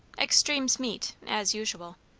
extremes meet as usual.